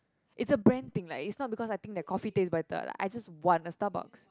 it's a brand thing like it's not because I think their coffee taste better like I just want a Starbucks